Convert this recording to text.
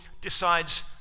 decides